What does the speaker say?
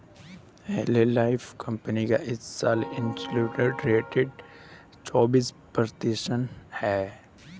Herbalife company का इस साल एब्सोल्यूट रिटर्न चौबीस प्रतिशत है